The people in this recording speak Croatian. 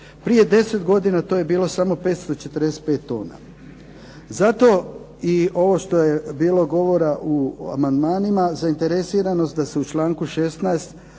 Prije 10 godina to je bilo samo 545 tona. Zato i ovo što je bilo govora u amandmanima, zainteresiranost da se u članku 16.